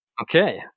Okay